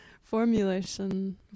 formulation